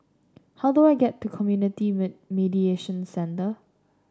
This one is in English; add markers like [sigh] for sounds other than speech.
how do I get to Community [unintelligible] Mediation Centre